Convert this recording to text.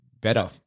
better